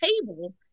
table